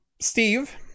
Steve